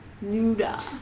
Nuda